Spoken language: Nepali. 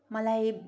मलाई